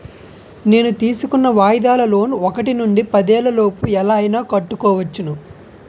నేను తీసుకున్న వాయిదాల లోన్ ఒకటి నుండి పదేళ్ళ లోపు ఎలా అయినా కట్టుకోవచ్చును